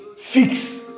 fix